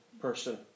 person